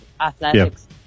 athletics